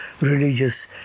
religious